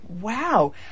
Wow